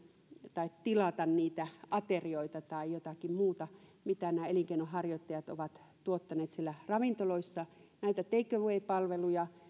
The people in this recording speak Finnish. tilata niitä aterioita tai jotakin muuta mitä nämä elinkeinonharjoittajat ovat tuottaneet siellä ravintoloissa näitä take away palveluja